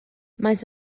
maent